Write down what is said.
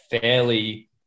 fairly